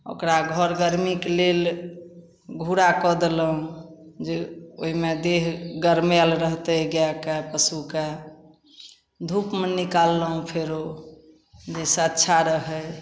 ओकरा घर गरमीके लेल घूरा कऽ देलहुँ जे ओहिमे देह गरमाएल रहतै गाइके पशुके धूपमे निकाललहुँ फेरो जइसे अच्छा रहै